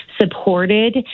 Supported